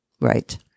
Right